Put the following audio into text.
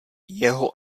jeho